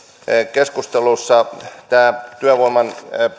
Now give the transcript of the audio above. keskustelussa myös tämä työvoiman